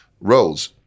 roles